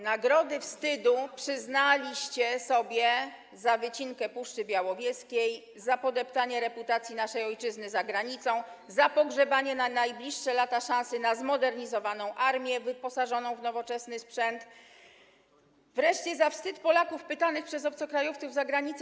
Nagrody wstydu przyznaliście sobie za wycinkę Puszczy Białowieskiej, za podeptanie reputacji naszej ojczyzny za granicą, za pogrzebanie na najbliższe lata szansy na zmodernizowaną, wyposażoną w nowoczesny sprzęt armię, wreszcie za wstyd Polaków pytanych przez obcokrajowców za granicą: